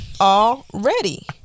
already